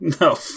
no